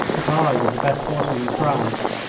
but i was the best horseman in france.